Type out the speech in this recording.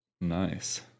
nice